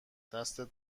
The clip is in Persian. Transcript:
دستت